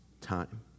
time